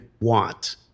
want